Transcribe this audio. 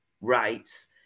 rights